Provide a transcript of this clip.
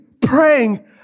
praying